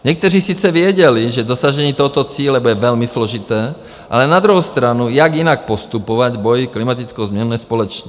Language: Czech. Někteří sice věděli, že dosažení tohoto cíle bude velmi složité, ale na druhou stranu, jak jinak postupovat v boji, klimatickou změnu nést společně.